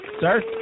Sir